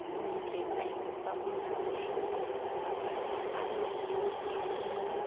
मोनब्रेबाय अबेबा मोनासै जेनबा फार्स्ताव आं आलु एव एवदोंमोन